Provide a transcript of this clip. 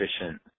efficient